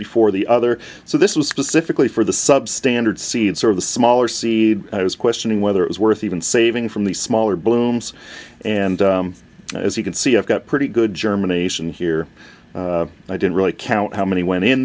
before the other so this was specifically for the substandard seeds or of the smaller c i was questioning whether it was worth even saving from the smaller blooms and as you can see i've got pretty good germination here i didn't really count how many went in